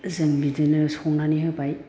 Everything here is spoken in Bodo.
जों बिदिनो संनानै होबाय